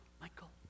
Michael